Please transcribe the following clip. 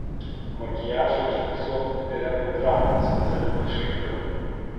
makiažą užfiksuok biria pudra specialiu purškikliu